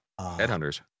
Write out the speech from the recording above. Headhunters